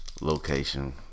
Location